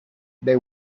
they